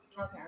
Okay